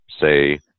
say